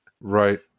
Right